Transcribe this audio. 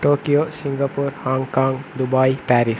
Tokyo Singapore Hong Kong Dubai Paris